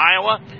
Iowa